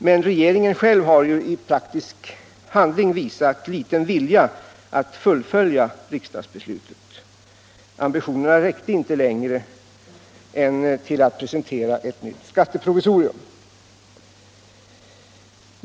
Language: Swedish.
Men regeringen själv har ju i praktisk handling visat liten vilja att fullfölja riksdagsbeslutet. Ambitionerna räckte inte längre än till att presentera ett nytt skatteprovisorium.